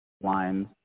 lines